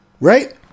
Right